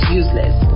useless